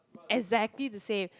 exactly the same